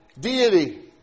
deity